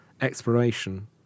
exploration